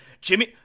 Jimmy